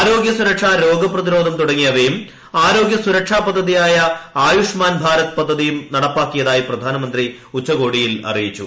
ആരോഗ്യ സുരക്ഷ രോഗപ്രതിരോധം തുടങ്ങിയ്ക്കുക് ആരോഗ്യസുരക്ഷാ പദ്ധതിയായ ആയുഷ്മാൻ ഭാരത് പദ്ധതീയ്ക് ്നടപ്പാക്കിയതായി പ്രധാനമന്ത്രി ഉച്ചകോടിയിൽ അറിയിച്ചു